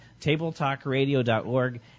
tabletalkradio.org